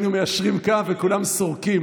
היינו מיישרים קו וכולם סורקים.